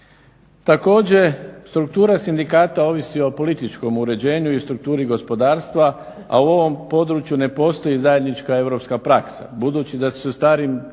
Također struktura sindikata ovisi o političkom uređenju i strukturi gospodarstva, a u ovom području ne postoji zajednička europska praksa. Budući da su sa starim